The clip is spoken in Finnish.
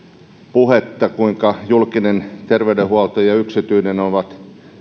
puhetta siitä kuinka julkinen terveydenhuolto ja yksityinen ovat